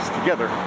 together